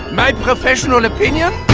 my proffesional opinion?